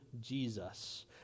Jesus